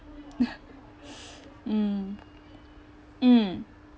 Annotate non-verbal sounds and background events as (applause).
(laughs) mm mm